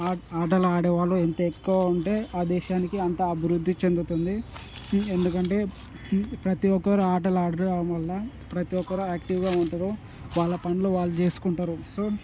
ఆటలు ఆడేవాళ్ళు ఎంత ఎక్కువ ఉంటే ఆ దేశానికి అంత అభివృద్ధి చెందుతుంది ఎందుకంటే ప్రతి ఒక్కరు ఆటలు ఆడడం వల్ల ప్రతి ఒక్కరు యాక్టివ్గా ఉంటారు వాళ్ళ పనులు వాళ్ళు చేసుకుంటారు సో